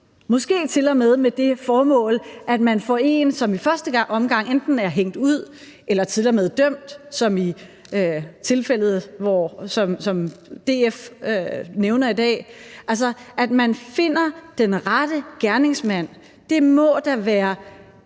måske til og med i stedet for en, som i første omgang enten er hængt ud eller til og med dømt som i tilfældet, som DF nævner i dag, altså at man finder den rette gerningsmand. Det må da være